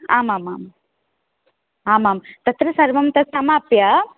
आमामाम् आमां तत्र सर्वं तत् समाप्य